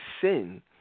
sin